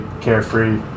carefree